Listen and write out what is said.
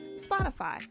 Spotify